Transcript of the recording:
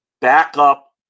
backup